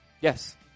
Yes